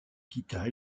guitare